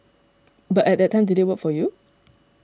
but at that time did it work for you